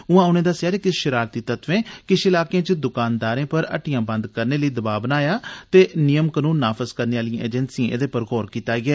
उआं उनें दस्सेया जे किश शरारती तत्वें किश इलाकें च दुकानदारें पर हट्टियां बंद करने लेई दवाब बनाया ते नियम कानून नाफज़ करने आलियें एजेंसियें एदा संज्ञान लैता ऐ